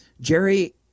Jerry